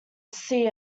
sea